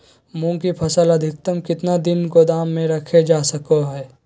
मूंग की फसल अधिकतम कितना दिन गोदाम में रखे जा सको हय?